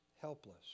helpless